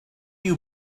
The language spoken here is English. you